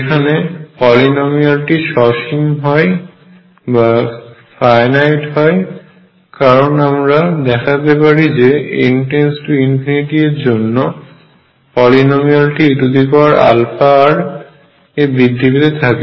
এখানে পলিনোমিয়ালটি সসীম হয় কারণ আমরা দেখাতে পারি যে n →∞ এর জন্য পলিনোমিয়ালটি eαr এ বৃদ্ধি পেতে থাকে